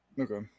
Okay